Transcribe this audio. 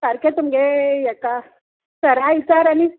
सारकें तुमगे हेका सरा विचार आनी